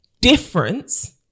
difference